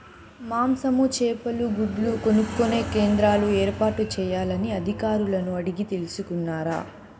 మాంసము, చేపలు, గుడ్లు కొనుక్కొనే కేంద్రాలు ఏర్పాటు చేయాలని అధికారులను అడిగి తెలుసుకున్నారా?